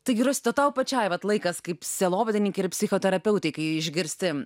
taigi rosita tau pačiai vat laikas kaip sielovadininkei ir psichoterapeutei kai išgirsti